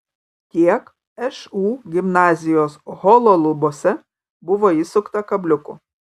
tiek šu gimnazijos holo lubose buvo įsukta kabliukų